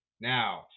Now